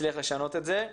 נצליח לשנות את זה.